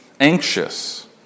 anxious